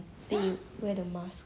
ha ah